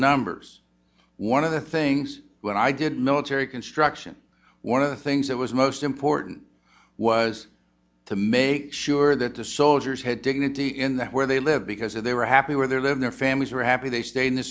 numbers one of the things when i did military construction one of the things that was most important was to make sure that the soldiers had dignity in the where they live because they were happy with their lives their families were happy they stayed in the